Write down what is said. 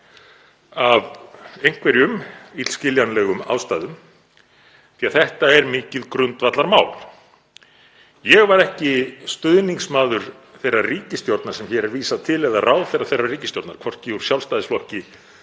af einhverjum illskiljanlegum ástæðum því að þetta er mikið grundvallarmál. Ég var ekki stuðningsmaður þeirrar ríkisstjórnar sem hér er vísað til eða ráðherra þeirrar ríkisstjórnar, hvorki úr Sjálfstæðisflokki